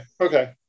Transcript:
okay